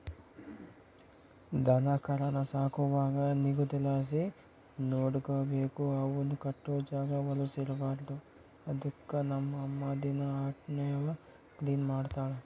ದನಕರಾನ ಸಾಕುವಾಗ ನಿಗುದಲಾಸಿ ನೋಡಿಕಬೇಕು, ಅವುನ್ ಕಟ್ಟೋ ಜಾಗ ವಲುಸ್ ಇರ್ಬಾರ್ದು ಅದುಕ್ಕ ನಮ್ ಅಮ್ಮ ದಿನಾ ಅಟೇವ್ನ ಕ್ಲೀನ್ ಮಾಡ್ತಳ